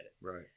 Right